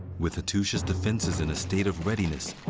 with hattusha's defenses in a state of readiness,